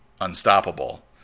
unstoppable